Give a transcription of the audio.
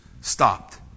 stopped